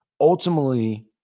Ultimately